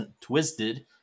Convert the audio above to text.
Twisted